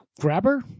grabber